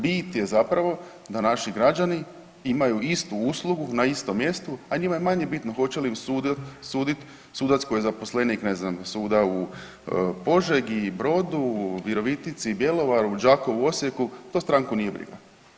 Bit je zapravo da naši građani imaju istu uslugu na istom mjestu, a njima je manje bitno hoće li im sudit sudac koji je zaposlenih ne znam suda u Požegi i Brodu, Virovitici i Bjelovaru, Đakovu, Osijeku, to stranku nije briga.